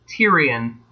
Tyrion